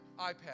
iPad